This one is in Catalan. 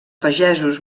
pagesos